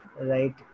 right